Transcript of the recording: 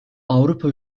avrupa